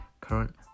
current